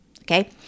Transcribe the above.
okay